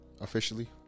Officially